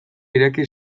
ireki